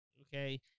Okay